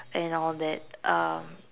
and all that um